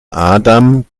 adam